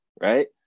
right